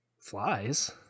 flies